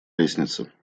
лестнице